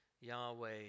Yahweh